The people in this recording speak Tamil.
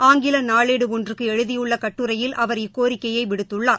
ஆங்கில நாளேடு ஒன்றுக்கு எழுதியுள்ள கட்டுரையில் அவர் இக்கோரிக்கையை விடுத்துள்ளார்